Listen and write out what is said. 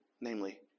namely